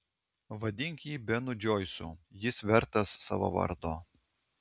vadink jį benu džoisu jis vertas savo vardo